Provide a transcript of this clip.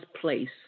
place